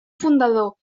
fundador